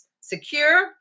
secure